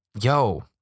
yo